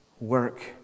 work